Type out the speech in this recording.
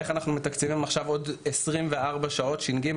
איך אנחנו מתקצבים עכשיו עוד 24 שעות ש"ג?